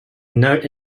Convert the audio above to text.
note